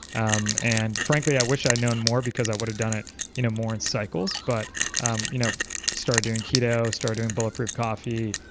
um and frankly, i wish i'd known more because i would have done it you know more in cycles. but um you know started doing keto, started doing bulletproof coffee.